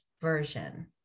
version